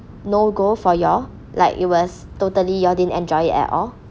no go for you all like it was totally you all didn't enjoy it at all